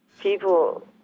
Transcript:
people